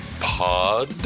pod